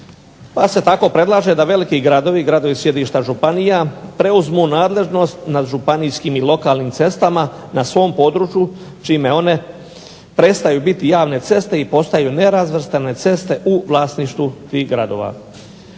Pa se tako predlaže da veliki gradovi, gradovi sjedišta županija preuzmu nadležnost nad županijskim i lokalnim cestama na svom području čime one prestaju biti javne ceste i postaju nerazvrstane ceste u vlasništvu tih gradova.